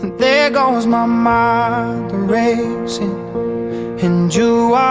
there goes my mind racing and you